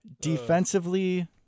Defensively